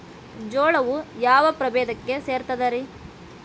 ಜೋಳವು ಯಾವ ಪ್ರಭೇದಕ್ಕ ಸೇರ್ತದ ರೇ?